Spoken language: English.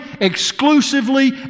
exclusively